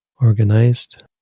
organized